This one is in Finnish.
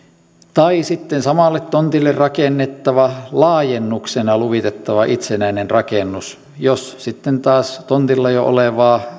tai sitten samalle tontille rakennettava laajennuksena luvitettava itsenäinen rakennus jos sitten taas tontilla jo olevaa